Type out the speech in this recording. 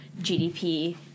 GDP